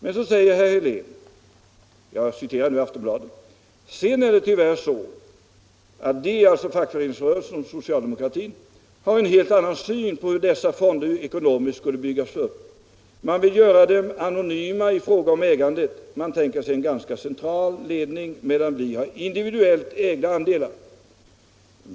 Men så säger herr Helén: ”Sen är det tyvärr så att de” — alltså fackföreningsrörelsen och socialdemokratin — ”har en helt annan syn på hur dessa fonder ekonomiskt skulle byggas upp. Man vill göra dem anonyma i fråga om ägandet, man tänker sig en ganska central ledning, medan vi vill ha individuellt ägda andelar.